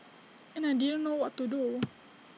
and I didn't know what to do